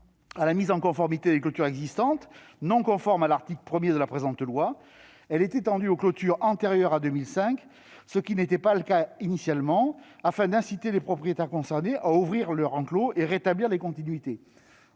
à la mise en conformité des clôtures existantes non conformes à l'article 1 du présent texte. Cette faculté est étendue aux clôtures antérieures à 2005, ce qui n'était pas le cas initialement, afin d'inciter les propriétaires concernés à ouvrir leurs enclos et à rétablir les continuités.